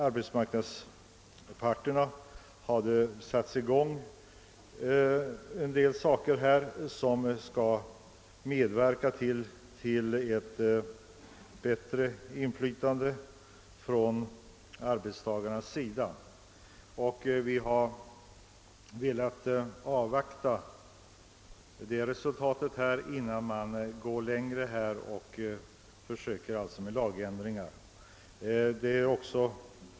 Arbetsmarknadsparterna har satt i gång vissa åtgärder som kan beräknas medverka till ett bättre inflytande från arbetstagarnas sida. Vi har därför velat avvakta resultatet av dessa åtgärder, innan man går längre och försöker med lagändringar.